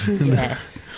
Yes